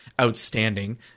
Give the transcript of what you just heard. outstanding